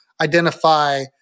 identify